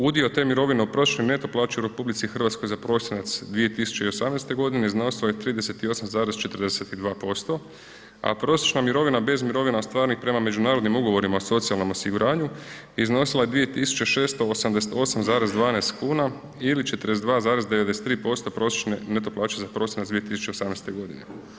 Udio te mirovine u prosječnoj neto plaći u RH za prosinac 2018. godine iznosio je 38,42%, a prosječna mirovina bez mirovina ostvarenih prema međunarodnim ugovorima o socijalnom osiguranju iznosila je 2.688,12 kuna ili 42,93% prosječne neto plaće za prosinac 2018. godine.